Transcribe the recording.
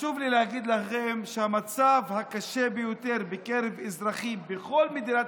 חשוב לי להגיד לכם שהמצב הקשה ביותר בקרב אזרחים בכל מדינת